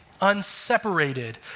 unseparated